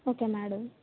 okay madam